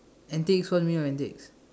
antics what you mean by antics